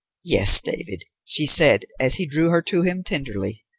yes, david, she said, as he drew her to him tenderly,